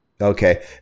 Okay